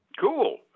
Cool